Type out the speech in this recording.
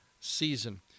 season